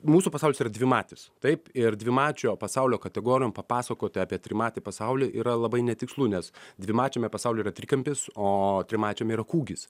mūsų pasaulis yra dvimatis taip ir dvimačio pasaulio kategorijom papasakoti apie trimatį pasaulį yra labai netikslu nes dvimačiame pasaulyje yra trikampis o trimačiam yra kūgis